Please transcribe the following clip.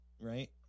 right